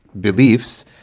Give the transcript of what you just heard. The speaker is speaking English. beliefs